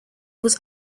was